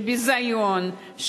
של ביזיון,